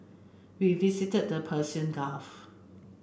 we visited the Persian Gulf